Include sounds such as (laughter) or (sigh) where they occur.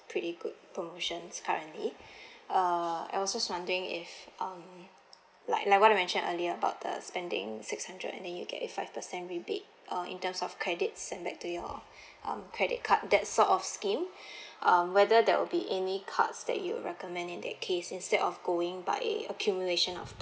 pretty good promotions currently (breath) uh I was just wondering if um like like what I mentioned earlier about the spending six hundred and then you get a five percent rebate uh in terms of credit send back to your (breath) um credit card that sort of scheme (breath) um whether that will be in any cards that you recommend in that case instead of going by accumulation of